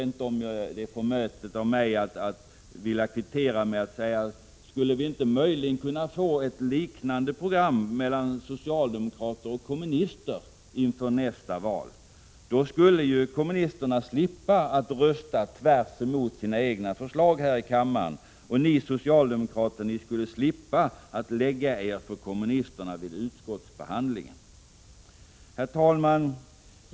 Är det möjligen förmätet av mig att kvittera genom att efterlysa ett liknande gemensamt program för socialdemokrater och kommunister inför nästa val? Då skulle ju kommunisterna slippa att rösta tvärtemot sina förslag här i kammaren, och ni socialdemokrater skulle slippa att lägga er för kommunisterna vid utskottsbehandlingen. Herr talman!